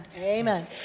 Amen